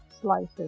slices